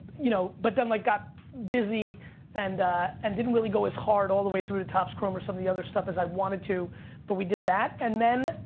you know, but then like got busy and and didn't really go as hard all the way through to tops chrome or some of the other stuff as i wanted to but we did that and then,